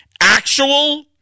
Actual